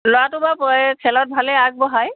ল'ৰাটো বাৰু প এই খেলত ভালেই আগবঢ়াই